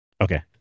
Okay